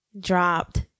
dropped